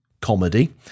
comedy